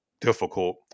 difficult